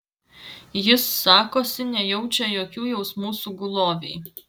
jis sakosi nejaučia jokių jausmų sugulovei